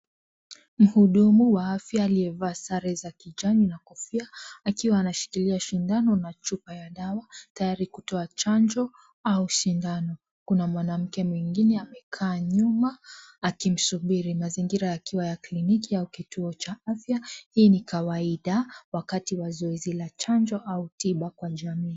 Muhudumu wa afya aliyevaa sare za kijani na kofia akiwa anashikilia sindano na chupa ya dawa tayari kutoa chanjo au sindano. Kuna mwanamke mwingine amekaa nyuma akimsubiri . Mazingira yakiwa ya kliniki au kituo cha afya. Hii ni kawaida wakati wa zoezi la chanjo au tiba kwa jamii.